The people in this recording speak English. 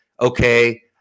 okay